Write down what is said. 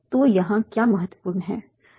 तो यहाँ क्या महत्वपूर्ण है